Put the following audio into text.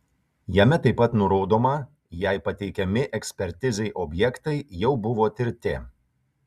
jame taip pat nurodoma jei pateikiami ekspertizei objektai jau buvo tirti